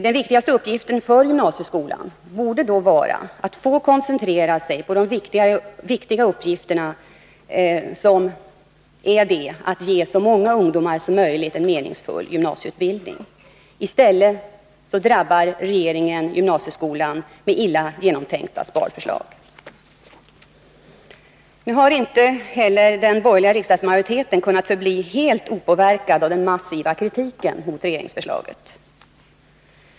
Den viktigaste uppgiften för gymnasieskolan borde då vara att få koncentrera sig på de viktiga uppgifterna att ge så många ungdomar som möjligt en meningsfull gymnasieutbildning. I stället drabbar regeringen gymnasieskolan med illa genomtänkta sparförslag. Nu har inte heller den borgerliga riksdagsmajoriteten kunnat förbli helt opåverkad av den massiva kritiken mot regeringsförslaget.